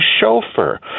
chauffeur